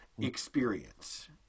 experience